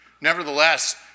Nevertheless